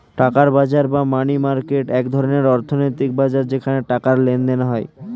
টাকার বাজার বা মানি মার্কেট এক ধরনের অর্থনৈতিক বাজার যেখানে টাকার লেনদেন হয়